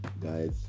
guys